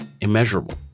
immeasurable